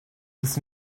his